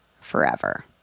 forever